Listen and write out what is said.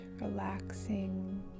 relaxing